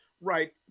right